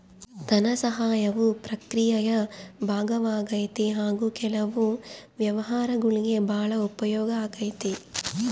ಧನಸಹಾಯವು ಪ್ರಕ್ರಿಯೆಯ ಭಾಗವಾಗೈತಿ ಹಾಗು ಕೆಲವು ವ್ಯವಹಾರಗುಳ್ಗೆ ಭಾಳ ಉಪಯೋಗ ಆಗೈತೆ